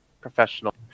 professional